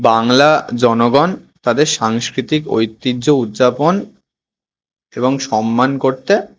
বাংলা জনগণ তাদের সাংস্কৃতিক ঐতিহ্য উদযাপন এবং সম্মান করতে